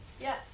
Yes